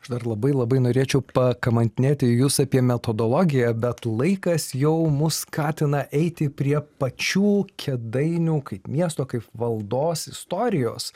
aš dar labai labai norėčiau pakamantinėti jus apie metodologiją bet laikas jau mus skatina eiti prie pačių kėdainių kaip miesto kaip valdos istorijos